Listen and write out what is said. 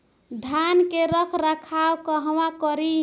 धान के रख रखाव कहवा करी?